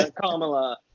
Kamala